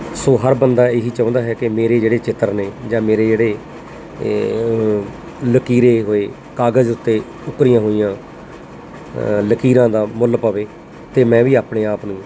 ਸੋ ਹਰ ਬੰਦਾ ਇਹੀ ਚਾਹੁੰਦਾ ਹੈ ਕਿ ਮੇਰੇ ਜਿਹੜੇ ਚਿੱਤਰ ਨੇ ਜਾਂ ਮੇਰੇ ਜਿਹੜੇ ਲਕੀਰੇ ਹੋਏ ਕਾਗਜ਼ ਉੱਤੇ ਉਕਰੀਆਂ ਹੋਈਆਂ ਲਕੀਰਾਂ ਦਾ ਮੁੱਲ ਪਵੇ ਅਤੇ ਮੈਂ ਵੀ ਆਪਣੇ ਆਪ ਨੂੰ